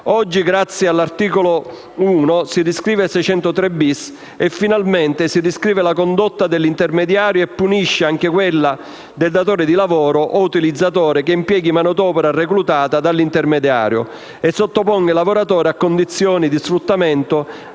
riscrive l'articolo 603-*bis* del codice penale, con cui finalmente si ridefinisce la condotta dell'intermediario e si punisce anche quella del datore di lavoro o utilizzatore che impieghi manodopera reclutata dall'intermediario e sottoponga il lavoratore a condizioni di sfruttamento,